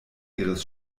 ihres